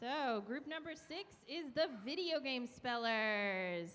a group number six is the videogame speller